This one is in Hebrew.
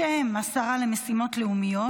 בשם השרה למשימות לאומיות,